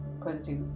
positive